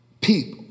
people